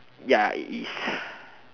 ya it is